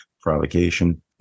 provocation